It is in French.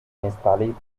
installés